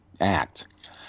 act